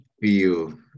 feel